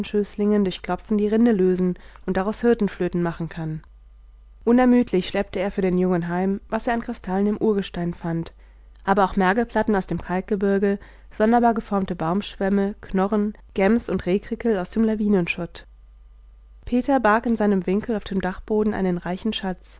durch klopfen die rinde lösen und daraus hirtenflöten machen kann unermüdlich schleppte er für den jungen heim was er an kristallen im urgestein fand aber auch mergelplatten aus dem kalkgebirge sonderbar geformte baumschwämme knorren gams und rehkrickel aus dem lawinenschutt peter barg in seinem winkel auf dem dachboden einen reichen schatz